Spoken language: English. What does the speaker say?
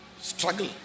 Struggle